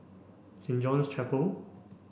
Saint John's Chapel